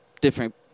different